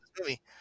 movie